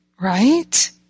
right